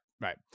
Right